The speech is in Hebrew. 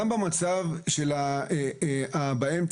גם במצב של הבריאותי,